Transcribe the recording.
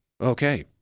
Okay